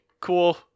cool